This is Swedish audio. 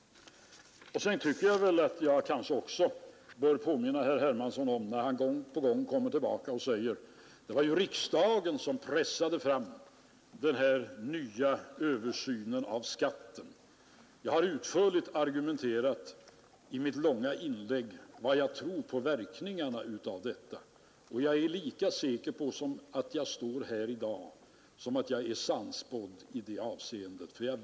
Herr Bohman säger gång på gång att ”det var ju riksdagen som pressade fram den nya översynen av skatten”. Jag har i mitt långa inlägg utförligt redovisat vad jag tror om verkningarna av en sådan översyn. Jag är lika säker som på att jag står här i dag att jag blir sannspådd i det avseendet.